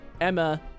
Emma